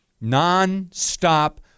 Non-stop